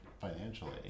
financially